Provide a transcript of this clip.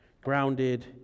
grounded